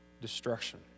destruction